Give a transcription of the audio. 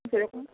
যে রকম